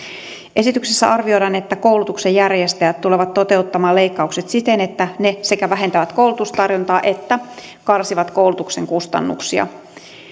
esityksessä arvioidaan että koulutuksen järjestäjät tulevat toteuttamaan leikkaukset siten että ne sekä vähentävät koulutustarjontaa että karsivat koulutuksen kustannuksia